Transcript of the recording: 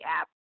app